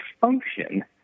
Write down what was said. function